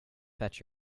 fetch